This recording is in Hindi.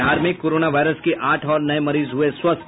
बिहार में कोरोना वायरस के आठ और नये मरीज हुए स्वस्थ